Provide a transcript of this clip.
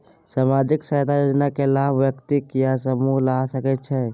सामाजिक सहायता योजना के लाभ व्यक्ति या समूह ला सकै छै?